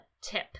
tip